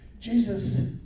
Jesus